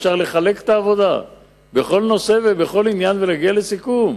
אפשר לחלק את העבודה בכל נושא ובכל עניין ולהגיע לסיכום.